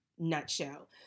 nutshell